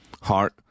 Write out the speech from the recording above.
heart